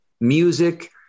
music